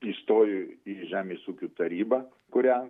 įstojo į žemės ūkio tarybą kurią